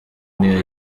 niyo